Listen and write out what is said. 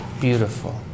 Beautiful